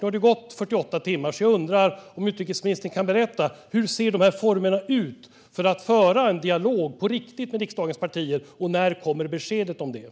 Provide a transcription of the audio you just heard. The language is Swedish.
Nu har det gått 48 timmar, så jag undrar: Kan utrikesministern berätta hur formerna ser ut för att på riktigt föra en dialog med riksdagens partier, och när kommer beskedet om detta?